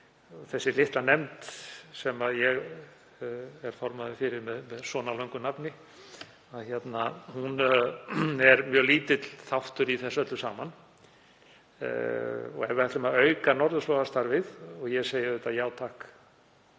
Þessi litla nefnd sem ég er formaður fyrir með svona löngu nafni er mjög lítill þáttur í þessu öllu saman. Ef við ætlum að auka norðurslóðastarfið, og ég segi auðvitað já, takk